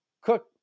Cook